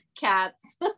cats